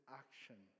action